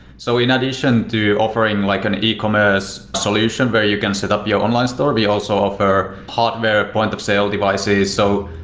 so in addition to offering like an ecommerce solution where you can set up your online store, we also offer hardware point of sale devices. so,